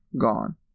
gone